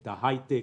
את ההייטק,